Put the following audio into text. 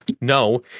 No